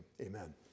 amen